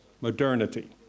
modernity